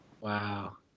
Wow